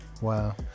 Wow